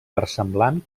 versemblant